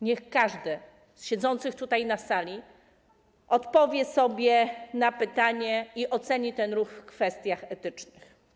Niech każdy z siedzących tutaj na sali odpowie sobie na pytanie i oceni ten ruch pod względem etycznym.